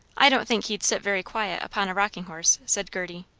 i don't think he'd sit very quiet upon a rocking-horse, said gerty.